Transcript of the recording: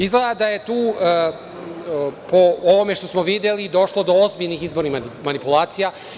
Izgleda da je tu, po ovome što smo videli, došlo do ozbiljnih izbornih manipulacija.